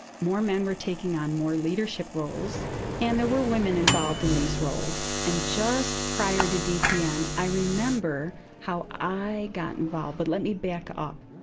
more men were taking on more leadership roles and there were women involved in these roles. and just prior to dpn, i remember how i got involved. but let me back up.